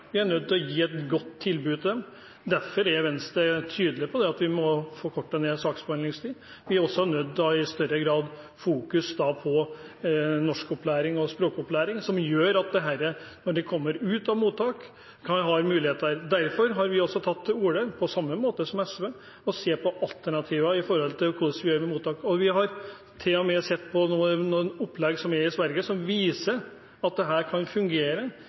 er nødt til å gi et godt tilbud til dem. Derfor er Venstre tydelig på at vi må få ned saksbehandlingstiden. Vi er også nødt til i større grad å ha fokus på norskopplæring og språkopplæring, som gjør at man når man kommer ut av mottak, kan ha muligheter. Derfor har vi også tatt til orde for, på samme måte som SV, at man må se på alternativer i forhold til hvordan vi gjør det med mottak. Vi har til og med sett på noen opplegg i Sverige som viser at dette kan fungere